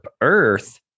Earth